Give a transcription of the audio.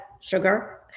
sugar